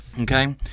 Okay